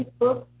Facebook